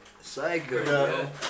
Psycho